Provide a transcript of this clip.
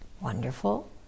wonderful